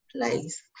place